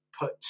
put